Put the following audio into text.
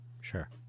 sure